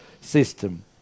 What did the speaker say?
system